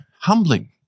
humbling